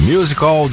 Musical